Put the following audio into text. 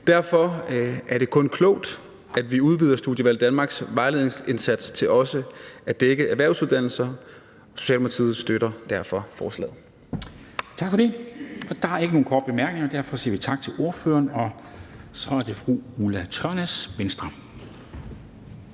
Derfor er det kun klogt, at vi udvider Studievalg Danmarks vejledningsindsats til også at dække erhvervsuddannelser. Socialdemokratiet støtter derfor forslaget.